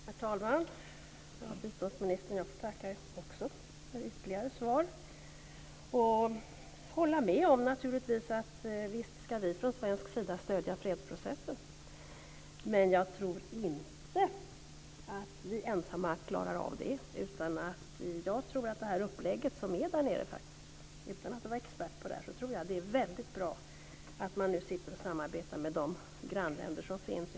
Herr talman! Biståndsministern! Jag får också tacka för ytterligare svar. Jag håller naturligtvis med om att vi från svensk sida visst ska stödja fredsprocessen. Men jag tror inte att vi ensamma klarar av det, utan jag tror på det upplägg man har där. Utan att vara expert på det här tror jag att det är bra att man nu samarbetar med de grannländer som finns.